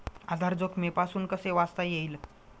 आधार जोखमीपासून कसे वाचता येईल?